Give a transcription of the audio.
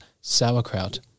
sauerkraut